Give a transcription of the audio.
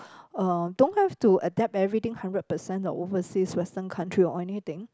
uh don't have to adapt everything hundred percent of overseas western country or anything